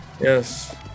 Yes